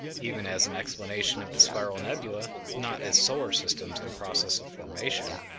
even as an explanation of the spiral nebulae, not as solar systems in process of formation,